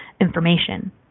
information